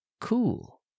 cool